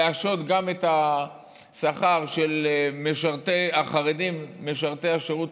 להשהות גם את השכר של החרדים משרתי השירות